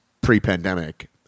pre-pandemic